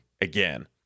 again